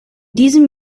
diesem